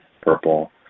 purple